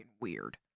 weird